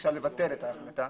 שביקשה לבטל את ההחלטה.